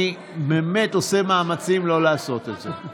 אני באמת עושה מאמצים לא לעשות את זה.